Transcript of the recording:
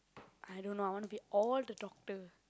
I don't know I want to be all the doctor